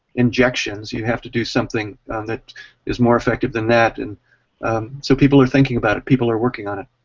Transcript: injections, you have to do something that is more effective than that, and so people are thinking about it people are working on it.